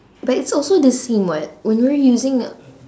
but it's also the scene [what] when we're using a